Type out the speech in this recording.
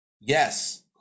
Yes